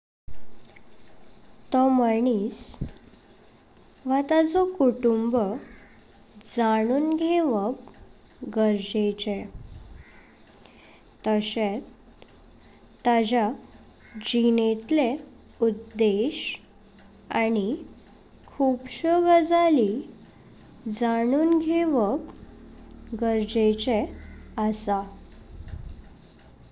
तो माणिस व ताजो कुटुंब जाणून घेवप गरजेचें तसेच ताजे जीवेतले उद्देश्य आनी खूबसो गजाली जाणून घेवप गरजेचें आसा।